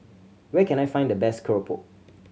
where can I find the best keropok